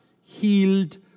healed